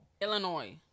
Illinois